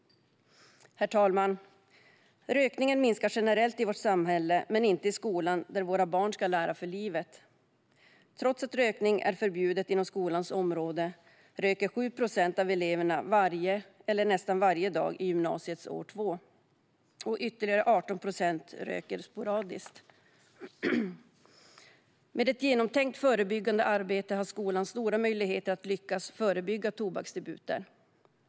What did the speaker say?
Herr talman! Rökningen minskar generellt i vårt samhälle, men inte i skolan där våra barn ska lära för livet. Trots att rökning är förbjudet inom skolans område röker 7 procent av eleverna varje eller nästan varje dag i gymnasiets årskurs 2. Ytterligare 18 procent röker sporadiskt. Med ett genomtänkt förebyggande arbete har skolan stora möjligheter att lyckas förebygga tobaksdebuter.